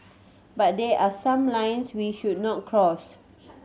but there are some lines we should not cross